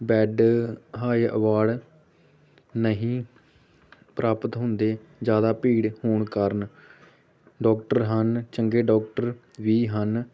bed ਹਾਂ ਜਾਂ ward ਨਹੀਂ ਪ੍ਰਾਪਤ ਹੁੰਦੇ ਜ਼ਿਆਦਾ ਭੀੜ ਹੋਣ ਕਾਰਨ ਡਾਕਟਰ ਹਨ ਚੰਗੇ ਡਾਕਟਰ ਵੀ ਹਨ